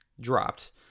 dropped